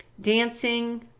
Dancing